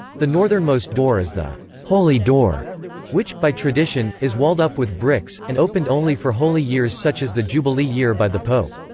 the northernmost door is the holy door which, by tradition, is walled-up with bricks, and opened only for holy years such as the jubilee year by the pope.